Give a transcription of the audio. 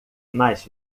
mais